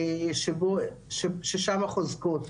ששם החוזקות.